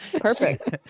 Perfect